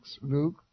Luke